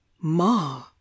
ma